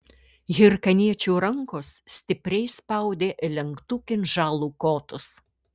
hirkaniečių rankos stipriai spaudė lenktų kinžalų kotus